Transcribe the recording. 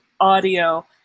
audio